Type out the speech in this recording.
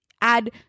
add